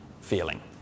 feeling